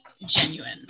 Genuine